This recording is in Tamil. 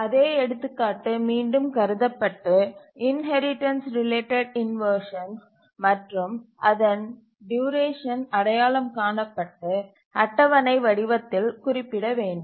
அதே எடுத்துக்காட்டு மீண்டும் கருதப்பட்டு இன்ஹெரிடன்ஸ் ரிலேட்டட் இன்வர்ஷன் மற்றும் அதன் டியூரேஷன் அடையாளம் காணப்பட்டு அட்டவணை வடிவத்தில் குறிப்பிட வேண்டும்